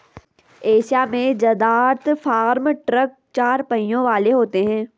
Asia में जदात्र farm truck चार पहियों वाले होते हैं